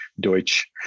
Deutsch